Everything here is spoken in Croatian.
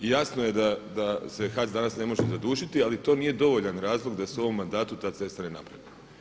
I jasno je da se HAC danas ne može zadužiti, ali to nije dovoljan razlog da se u ovom mandatu ta cesta ne napravi.